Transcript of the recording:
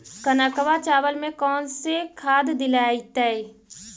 कनकवा चावल में कौन से खाद दिलाइतै?